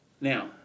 Now